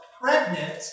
pregnant